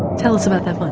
tell us about that one.